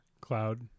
cloud